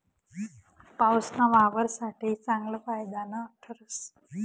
पाऊसना वावर साठे चांगलं फायदानं ठरस